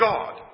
God